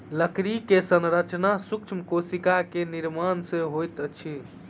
लकड़ी के संरचना सूक्ष्म कोशिका के निर्माण सॅ होइत अछि